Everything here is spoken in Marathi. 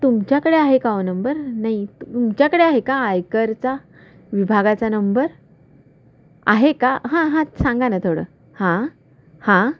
तुमच्याकडे आहे का ओ नंबर नाही त तुमच्याकडे आहे का आयकरचा विभागाचा नंबर आहे का हां हां सांगा नं थोडं हां हां